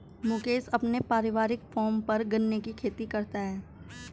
मुकेश अपने पारिवारिक फॉर्म पर गन्ने की खेती करता है